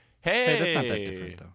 hey